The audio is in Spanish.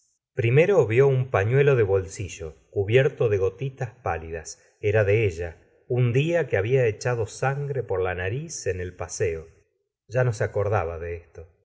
primero vió un pañuelo di bolsillo cubierto de gotitas pálidas era de ella un día que había echado sangre por la nariz en el paseo ya no se acor daba de esto